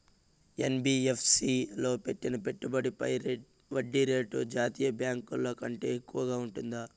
NBFC లో పెట్టిన పెట్టుబడి పై వడ్డీ రేటు జాతీయ బ్యాంకు ల కంటే ఎక్కువగా ఉంటుందా?